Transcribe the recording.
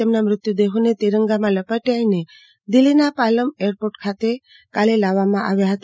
તેમનો મુર્વ્યુંદેહોને તિરંગા માં લપેટીને દિલ્ફીના પાલમ એરપોર્ટ ખાતે લાવવામાં આવ્યા હતા